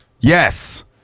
Yes